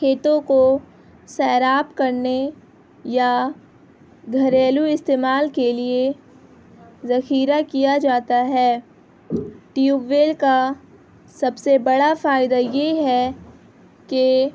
کھیتوں کو سیراب کرنے یا گھریلو استعمال کے لیے ذخیرہ کیا جاتا ہے ٹیوبویل کا سب سے بڑا فائدہ یہ ہے کہ